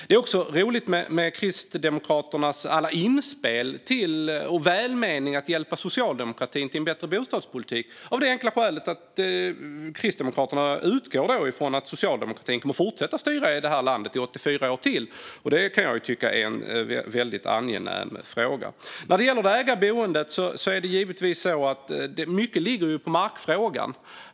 Det är roligt med Kristdemokraternas alla inspel för att hjälpa Socialdemokraterna till en bättre bostadspolitik. Kristdemokraterna utgår alltså från att Socialdemokraterna kommer att fortsätta styra landet i 84 år till, och det är ju angenämt. När det gäller det ägda boendet ligger mycket på markfrågan.